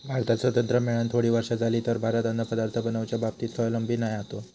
भारताक स्वातंत्र्य मेळान थोडी वर्षा जाली तरी भारत अन्नपदार्थ बनवच्या बाबतीत स्वावलंबी नाय होतो